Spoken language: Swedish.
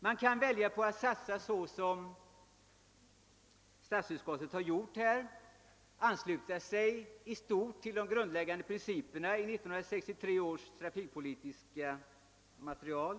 Liksom statsutskottet kan man satsa på att i stort sett ansluta sig till de grundläggande principerna i 1963 års trafikpolitiska material.